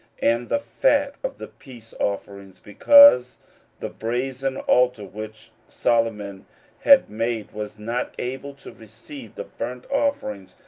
and the fat of the peace offerings, because the brasen altar which solomon had made was not able to receive the burnt offerings,